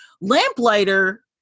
lamplighter